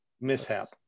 mishap